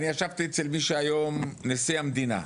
אני ישיבתי אצל מי שהיום נשיא המדינה,